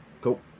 Cool